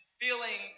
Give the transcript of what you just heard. feeling